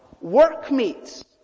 workmates